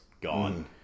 gone